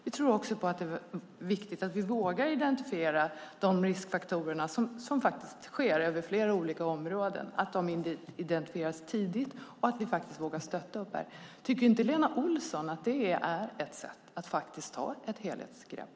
Vi tror också att det är viktigt att vi vågar identifiera de riskfaktorer som faktiskt finns på flera olika områden, att de identifieras tidigt och att vi faktiskt vågar stötta här. Tycker inte Lena Olsson att det är ett sätt att faktiskt ta ett helhetsgrepp?